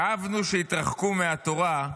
כאבנו שהתרחקו מהתורה,